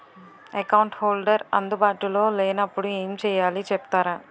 Account holder అందు బాటులో లే నప్పుడు ఎం చేయాలి చెప్తారా?